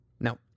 Now